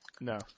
No